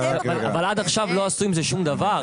אבל עד עכשיו לא עשו עם זה שום דבר.